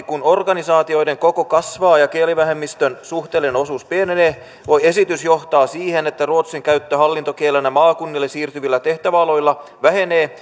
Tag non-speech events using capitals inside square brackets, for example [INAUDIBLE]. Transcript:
[UNINTELLIGIBLE] kun organisaatioiden koko kasvaa ja kielivähemmistön suhteellinen osuus pienenee voi esitys johtaa siihen että ruotsin käyttö hallintokielenä maakunnille siirtyvillä tehtäväaloilla vähenee [UNINTELLIGIBLE]